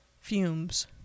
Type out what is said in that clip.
fumes